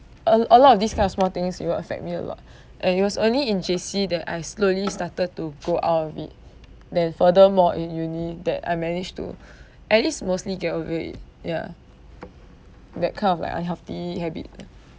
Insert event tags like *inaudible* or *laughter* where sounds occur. a a lot of this kind of small things it will affect me a lot *breath* and it was only in J_C that I slowly started to grow out of it *breath* then furthermore in uni that I managed to *breath* at least mostly get away ya that kind of like unhealthy habit ah